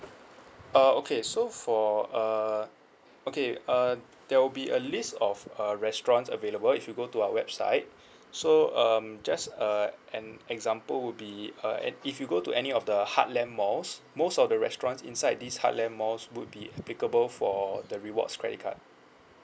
uh okay so for uh okay uh there will be a list of uh restaurants available if you go to our website so um just uh an example would be uh and if you go to any of the heartland malls most of the restaurants inside this heartland malls would be applicable for the rewards credit card